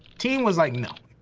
team was like, no.